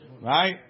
Right